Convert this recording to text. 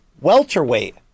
welterweight